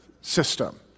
system